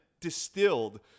distilled